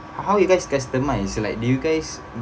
how you guys customised like did you guys